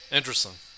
Interesting